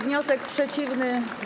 Wniosek przeciwny.